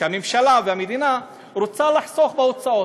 הממשלה והמדינה רוצה לחסוך בהוצאות,